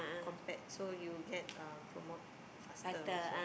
compared so you get uh promote faster also